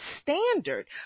standard